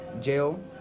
jail